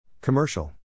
Commercial